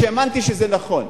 כשהאמנתי שזה נכון.